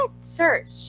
Search